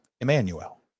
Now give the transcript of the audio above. Emmanuel